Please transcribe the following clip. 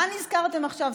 מה נזכרתם עכשיו?